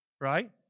Right